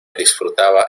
disfrutaba